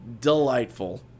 Delightful